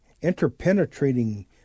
interpenetrating